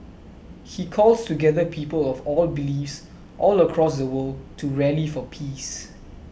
he calls together people of all beliefs all across the world to rally for peace